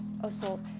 assault